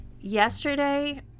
Yesterday